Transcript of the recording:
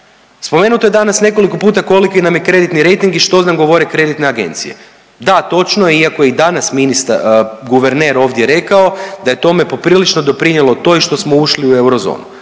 Spomenuto je danas nekoliko puta koliki nam je kreditni rejting i što nam govore kreditne agencije. Da točno je iako je i danas ministar, guverner ovdje rekao da je tome poprilično doprinijelo to i što smo ušli u eurozonu,